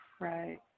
Right